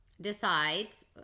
decides